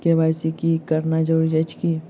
KYC करानाइ जरूरी अछि की?